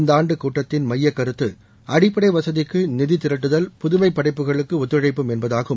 இந்த ஆண்டு கூட்டத்தின் மத்திய கருத்து கட்டுமான வசதிக்கு நிதி திரட்டுதல் புதுவை படைப்புகளும் ஒத்துழைப்பும் என்தாகும்